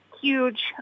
huge